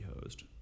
hosed